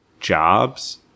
jobs